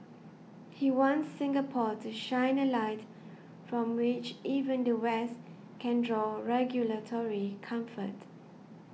he wants Singapore to shine a light from which even the West can draw regulatory comfort